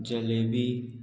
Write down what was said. jalebi